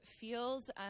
feels